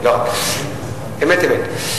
אמת, אמת.